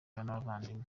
n’abavandimwe